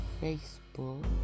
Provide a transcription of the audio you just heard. Facebook